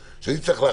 חשבתי.